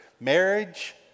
marriage